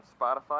Spotify